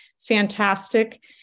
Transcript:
fantastic